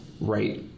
right